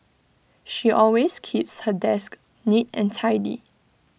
she always keeps her desk neat and tidy